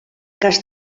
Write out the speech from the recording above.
cas